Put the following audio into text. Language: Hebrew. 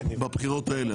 בבחירות האלה.